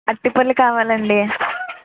అరటి పళ్ళు కావాలండి